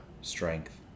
strength